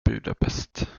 budapest